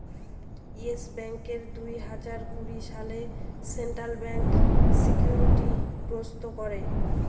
yes ব্যাঙ্ককে দুই হাজার কুড়ি সালে সেন্ট্রাল ব্যাঙ্ক সিকিউরিটি গ্রস্ত করে